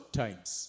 times